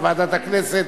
וועדת הכנסת,